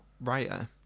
writer